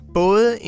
både